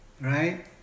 Right